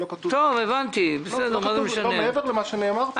לא כתוב מעבר למה שנאמר פה --- הבנתי.